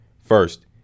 First